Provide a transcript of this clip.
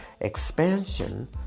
Expansion